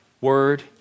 word